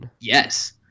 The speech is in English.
Yes